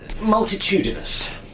multitudinous